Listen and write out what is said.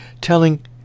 telling